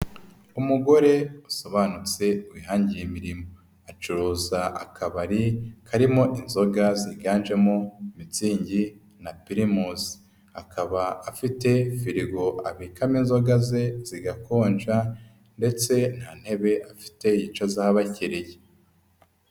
Umugore usobanutse wihangiye imirimo, acuruza akabari karimo inzoga ziganjemo mitsingi na pirimusi. Akaba afite firigo abikamo inzoga ze zigakonja, ndetse nta ntebe afite yicazaho abakiriye.